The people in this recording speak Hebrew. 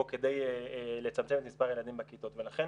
או כדי לצמצם את מספר הילדים בכיתות ולכן